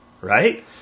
right